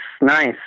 Nice